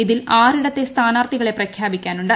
ഇതിൽ ആറിടത്തെ സ്ഥാനാർത്ഥികളെ പ്രഖ്യാപിക്കാനുണ്ട്